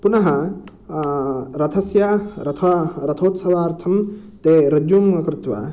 पुनः रथस्य रथ रथोत्सवार्थं ते रज्जुं कृत्वा